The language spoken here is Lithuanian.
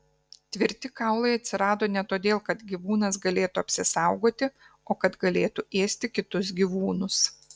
tvirti kaulai atsirado ne todėl kad gyvūnas galėtų apsisaugoti o kad galėtų ėsti kitus gyvūnus